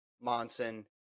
Monson